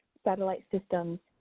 satellite systems,